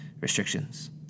restrictions